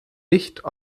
nicht